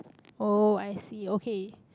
oh I see okay